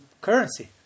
currency